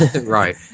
right